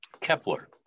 Kepler